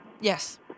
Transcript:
Yes